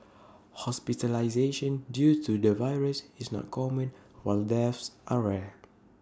hospitalisation due to the virus is not common while deaths are rare